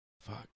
fuck